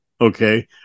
okay